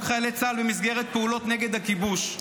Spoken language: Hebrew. חיילי צה"ל במסגרת פעולות נגד הכיבוש,